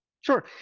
Sure